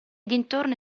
dintorni